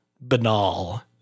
banal